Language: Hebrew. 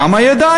דם על הידיים.